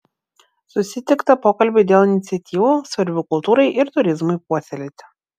susitikta pokalbiui dėl iniciatyvų svarbių kultūrai ir turizmui puoselėti